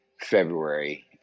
February